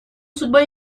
судьба